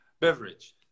beverage